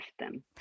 system